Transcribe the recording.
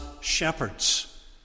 shepherds